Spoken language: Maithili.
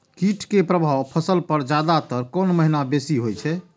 कीट के प्रभाव फसल पर ज्यादा तर कोन महीना बेसी होई छै?